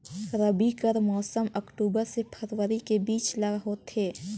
रबी कर मौसम अक्टूबर से फरवरी के बीच ल होथे